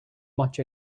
much